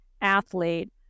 athlete